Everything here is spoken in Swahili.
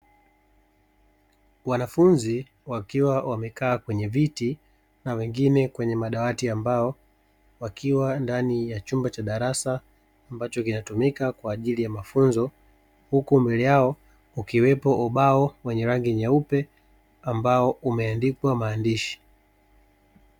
Wanafunzi wakiwa wamekaa kwenye viti na wengine kwenye madawati ya mbao wakiwa ndani ya chumba cha darasa ambacho kinatumika kwa ajili ya mafunzo, huku mbele yao ukiwepo ubao wenye rangi nyeupe ambao umeandikwa maandishi.